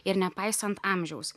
ir nepaisant amžiaus